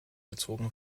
gezogen